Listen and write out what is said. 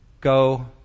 go